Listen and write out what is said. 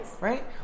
Right